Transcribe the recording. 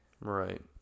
right